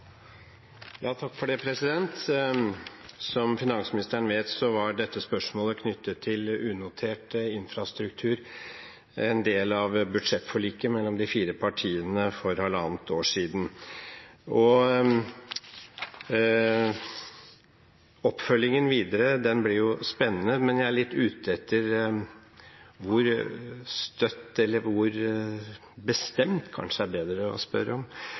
Som finansministeren vet, var dette spørsmålet knyttet til unotert infrastruktur en del av budsjettforliket mellom de fire partiene for halvannet år siden, og oppfølgingen videre blir jo spennende. Men jeg er litt ute etter hvor bestemt finansministeren er på den konklusjonen som regjeringen har landet på i årets melding. For å